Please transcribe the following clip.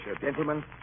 gentlemen